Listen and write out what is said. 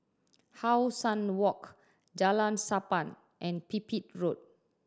How Sun Walk Jalan Sappan and Pipit Road